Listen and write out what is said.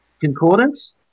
Concordance